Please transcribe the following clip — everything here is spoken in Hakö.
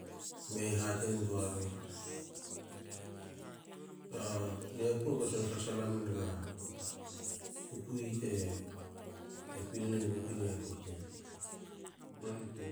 Me hatintuari, niaku ko solon sasala menga tukui te pilinen gukui niaku rke. noniku